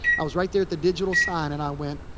i was right there at the digital sign and i went,